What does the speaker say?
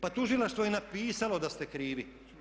Pa tužilaštvo je napisalo da ste krivi.